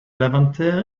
levanter